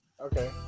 Okay